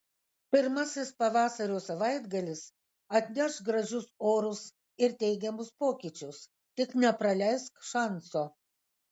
pirmasis pavasario savaitgalis atneš gražius orus ir teigiamus pokyčius tik nepraleisk šanso